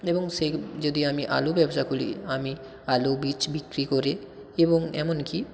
এবং সেই যদি আমি আলু ব্যবসা খুলি আমি আলু বীজ বিক্রি করে এবং এমনকি